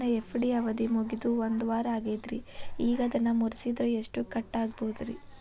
ನನ್ನ ಎಫ್.ಡಿ ಅವಧಿ ಮುಗಿದು ಒಂದವಾರ ಆಗೇದ್ರಿ ಈಗ ಅದನ್ನ ಮುರಿಸಿದ್ರ ಎಷ್ಟ ಕಟ್ ಆಗ್ಬೋದ್ರಿ?